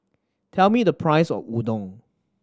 tell me the price of Udon